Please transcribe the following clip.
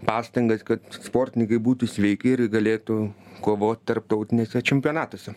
pastangas kad sportininkai būtų sveiki ir galėtų kovot tarptautiniuose čempionatuose